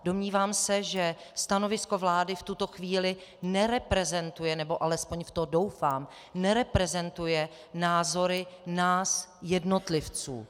Domnívám se, že stanovisko vlády v tuto chvíli nereprezentuje, nebo alespoň v to doufám, nereprezentuje názory nás jednotlivců.